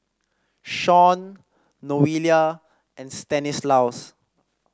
Shaun Noelia and Stanislaus